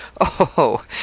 Oh